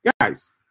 Guys